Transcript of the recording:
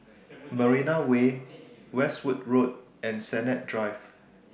Marina Way Westwood Road and Sennett Drive